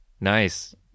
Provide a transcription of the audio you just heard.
Nice